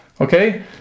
Okay